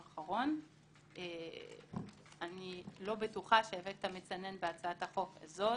אני לא בטוחה שהאפקט המצנן בהצעת החוק הזאת